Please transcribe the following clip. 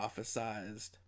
prophesized